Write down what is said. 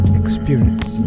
experience